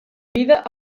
vida